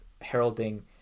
heralding